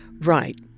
Right